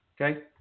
Okay